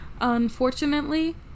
Unfortunately